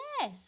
yes